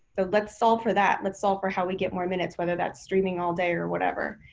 but let's solve for that. let's solve for how we get more minutes, whether that's streaming all day or whatever.